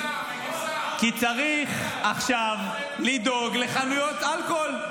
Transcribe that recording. כי צריך עכשיו לדאוג לחנויות אלכוהול.